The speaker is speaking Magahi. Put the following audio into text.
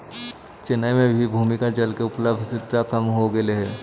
चेन्नई में भी भूमिगत जल के उपलब्धता कम हो गेले हई